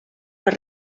per